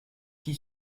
qui